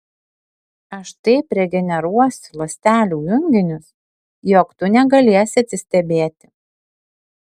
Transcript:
aš taip regeneruosiu ląstelių junginius jog tu negalėsi atsistebėti